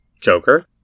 Joker